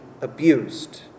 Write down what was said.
abused